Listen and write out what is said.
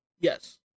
Yes